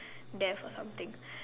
death or something